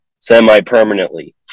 semi-permanently